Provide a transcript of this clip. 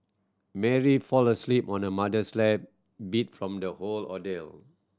Mary fell asleep on her mother's lap beat from the whole ordeal